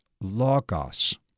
logos